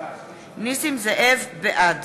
בעד